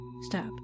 Stop